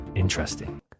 interesting